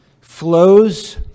flows